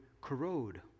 corrode